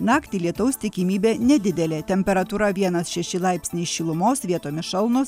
naktį lietaus tikimybė nedidelė temperatūra vienas šeši laipsniai šilumos vietomis šalnos